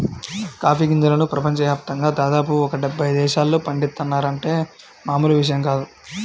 coffee గింజలను ప్రపంచ యాప్తంగా దాదాపు ఒక డెబ్బై దేశాల్లో పండిత్తున్నారంటే మామూలు విషయం కాదు